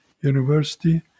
university